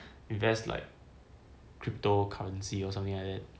invest like cryptocurrency or something like that